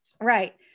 Right